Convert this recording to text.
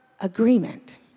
agreement